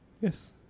Yes